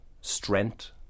strength